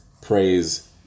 praise